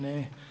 Ne.